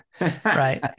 Right